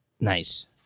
Nice